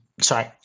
Sorry